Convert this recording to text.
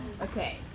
Okay